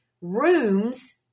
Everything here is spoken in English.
rooms